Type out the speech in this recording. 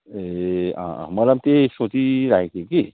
ए मैले पनि त्यही सोचिरहेको थिएँ कि